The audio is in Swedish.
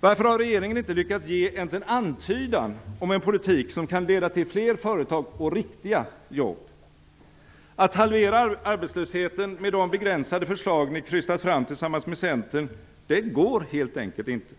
Varför har regeringen inte lyckats ge ens en antydan om en politik som kan leda till fler företag och riktiga jobb? Att halvera arbetslösheten med de begränsade förslag ni krystat fram tillsammans med Centern, det går helt enkelt inte.